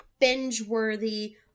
binge-worthy